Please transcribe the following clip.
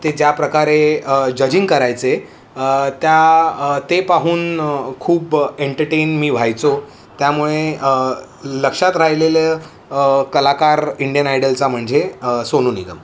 ते ज्या प्रकारे जजिंग करायचे त्या ते पाहून खूप एंटरटेन मी व्हायचो त्यामुळे लक्षात राहिलेलं कलाकार इंडियन आयडलचा म्हणजे सोनू निगम